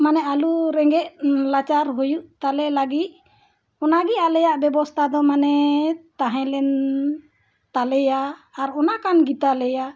ᱢᱟᱱᱮ ᱟᱞᱚ ᱨᱮᱸᱜᱮᱡ ᱱᱟᱪᱟᱨ ᱦᱩᱭᱩᱜ ᱛᱟᱞᱮ ᱞᱟᱹᱜᱤᱫ ᱚᱱᱟ ᱜᱮ ᱟᱞᱮᱭᱟᱜ ᱵᱮᱵᱚᱥᱛᱷᱟ ᱫᱚ ᱢᱟᱱᱮ ᱛᱟᱦᱮᱸᱞᱮᱱ ᱛᱟᱞᱮᱭᱟ ᱟᱨ ᱚᱱᱟ ᱠᱟᱱ ᱜᱮᱛᱟ ᱞᱮᱭᱟ